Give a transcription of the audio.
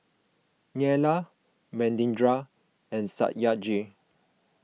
Neila Manindra and Satyajit